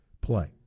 play